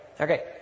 Okay